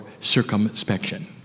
circumspection